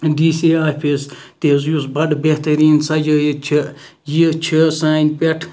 D C office یُس تہِ بَڈٕ بہتَرین سَجٲیِتھ چھُ یہِ چھِ سانہِ پیٹھ